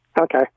Okay